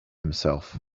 himself